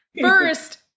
First